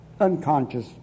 unconscious